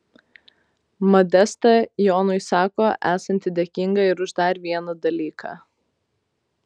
modesta jonui sako esanti dėkinga ir už dar vieną dalyką